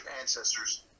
ancestors